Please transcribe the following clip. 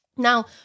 now